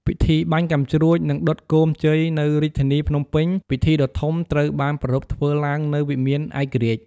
ពិធីបាញ់កាំជ្រួច និងដុតគោមជ័យ នៅរាជធានីភ្នំពេញ ពិធីដ៏ធំត្រូវបានប្រារព្ធធ្វើឡើងនៅវិមានឯករាជ្យ។